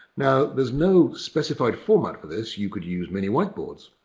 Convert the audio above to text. now there's no specified format for this. you could use mini whiteboards.